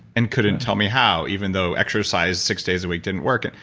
and couldn't tell me how even though exercise six days a week didn't work. and